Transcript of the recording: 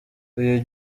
uyu